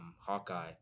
Hawkeye